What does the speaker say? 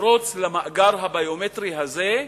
לפרוץ למאגר הביומטרי הזה,